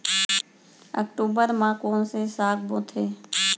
अक्टूबर मा कोन से साग बोथे?